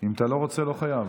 אם אתה לא רוצה, לא חייב.